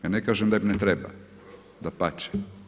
Ja ne kažem da im ne treba, dapače.